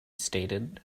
stated